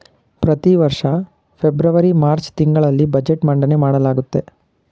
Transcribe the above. ಪ್ರತಿವರ್ಷ February March ತಿಂಗಳಲ್ಲಿ budget ಮಂಡನೆ ಮಾಡಲಾಗುತ್ತೆ